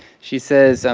she says,